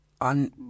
on